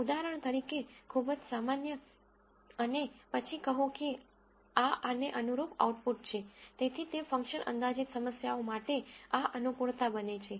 ઉદાહરણ તરીકે ખૂબ જ સામાન્ય અને પછી કહો કે આ આને અનુરૂપ આઉટપુટ છે તેથી તે ફંક્શન અંદાજીત સમસ્યાઓ માટે આ અનુકૂળતા બને છે